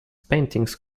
paintings